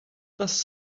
does